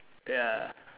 ya